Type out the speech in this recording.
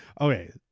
Okay